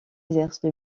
exerce